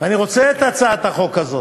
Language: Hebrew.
ואני רוצה את הצעת החוק הזאת,